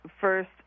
first